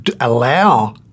allow